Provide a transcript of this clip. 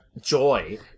joy